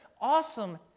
awesome